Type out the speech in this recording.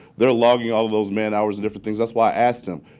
they're logging all of those man hours in different things. that's why i asked him,